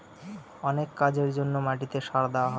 অনেক কাজের জন্য মাটিতে সার দেওয়া হয়